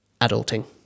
adulting